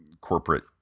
corporate